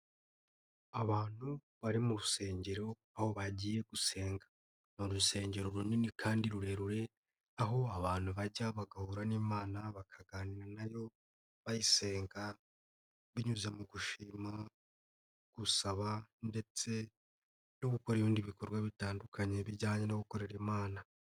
Abantu bari mu rusengero aho bagiye gusenga, ni urusengero runini kandi rurerure aho abantu bajya bagahura n'Imana bakaganira na yo, bayisenga binyuze mu gushima, gusaba ndetse no gukora ibindi bikorwa bitandukanye bijyanye no gukorera Imana.